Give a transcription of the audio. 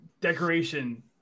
decoration